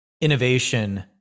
innovation